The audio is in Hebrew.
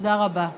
תודה רבה.